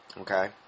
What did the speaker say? Okay